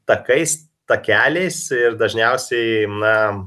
takais takeliais ir dažniausiai na